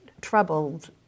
troubled